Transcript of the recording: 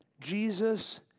Jesus